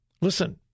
Listen